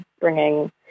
bringing